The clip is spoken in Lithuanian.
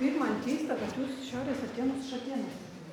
kaip man keista kad jūs šiaurės atėnus šatėnais vadinat